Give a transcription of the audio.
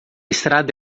estrada